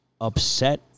upset